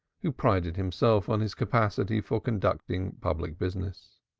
who prided himself on his capacity for conducting public business.